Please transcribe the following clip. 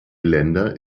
länder